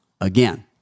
again